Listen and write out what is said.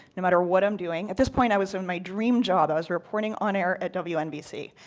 no matter what i'm doing at this point i was in my dream job. i was reporting on air at wnbc.